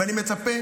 ואני מצפה